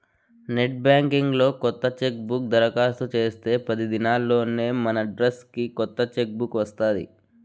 net banking లో కొత్త chequebook దరకాస్తు చేస్తే పది దినాల్లోనే మనడ్రస్కి కొత్త చెక్ బుక్ వస్తాది